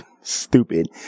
stupid